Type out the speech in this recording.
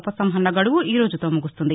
ఉపసంహరణ గడువు ఈరోజుతో ముగుస్తుంది